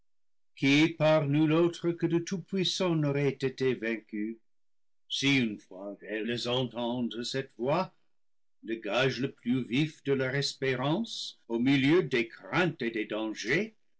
nul autre que le tout-puissant n'auraient été vaincues si une fois elles en tendent celte voix le gage le plus vif de leur espérance au milieu des craintes et des dangers